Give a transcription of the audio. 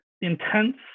intense